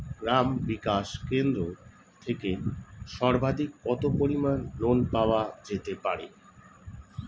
গ্রাম বিকাশ কেন্দ্র থেকে সর্বাধিক কত পরিমান লোন পাওয়া যেতে পারে?